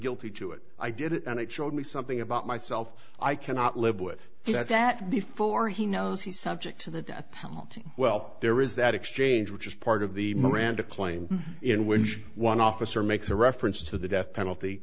guilty to it i did it and it showed me something about myself i cannot live with that that before he knows he subject to the death penalty well there is that exchange which is part of the miranda claim in which one officer makes a reference to the death penalty